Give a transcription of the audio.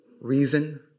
reason